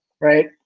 right